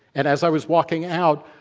and, as i was walking out,